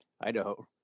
idaho